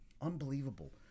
unbelievable